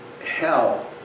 hell